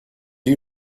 you